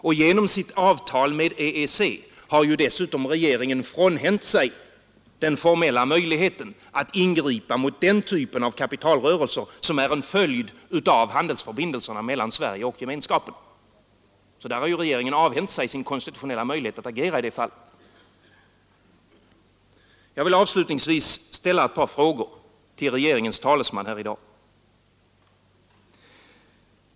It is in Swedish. Och genom avtalet med EEC har dessutom rege ringen frånhänt sig den formella möjligheten att ingripa mot den typ av kapitalrörelser som är en följd av handelsförbindelserna mellan Sverige och Gemenskapen. I det fallet har regeringen avhänt sig sin konstitutionella möjlighet att ingripa. Jag vill avslutningsvis ställa några frågor till regeringens talesman här i dag.